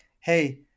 hey